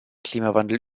klimawandel